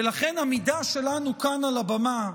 ולכן עמידה שלנו כאן, על הבמה,